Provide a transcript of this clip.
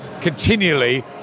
continually